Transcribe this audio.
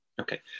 Okay